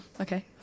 okay